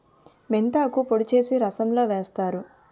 మెంతాకు పొడి చేసి రసంలో వేస్తారు